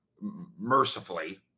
mercifully